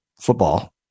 football